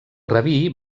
rabí